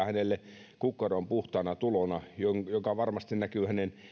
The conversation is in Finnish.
hänelle kukkaroon puhtaana tulona mikä varmasti näkyy hänen